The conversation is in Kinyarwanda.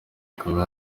akaba